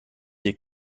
des